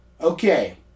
Okay